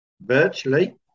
virtually